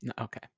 Okay